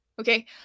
okay